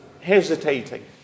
hesitating